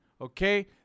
Okay